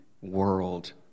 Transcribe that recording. world